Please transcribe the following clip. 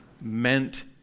meant